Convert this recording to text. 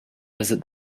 visit